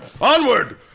Onward